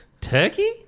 Turkey